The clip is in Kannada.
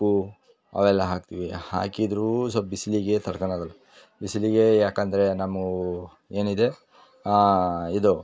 ಉಪ್ಪು ಅವೆಲ್ಲ ಹಾಕ್ತಿವಿ ಹಾಕಿದ್ರೂ ಸ್ವಲ್ಪ್ ಬಿಸಿಲಿಗೆ ತಡ್ಕಳೋದಿಲ್ಲ ಬಿಸಿಲಿಗೆ ಯಾಕಂದರೆ ನಮ್ಮವು ಏನಿದೆ ಇದು